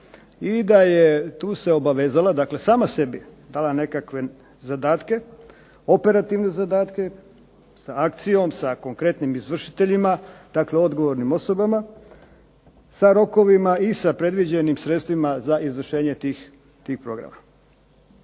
i da je tu se obavezala, dakle sama sebi dala nekakve zadatke, operativne zadatke sa akcijom, sa konkretnim izvršiteljima, dakle odgovornim osobama sa rokovima i sa predviđenim sredstvima za izvršenje tih programa.